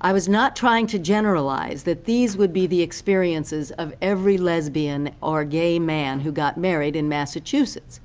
i was not trying to generalize that these would be the experiences of every lesbian or gay man who got married in massachusetts,